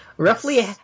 Roughly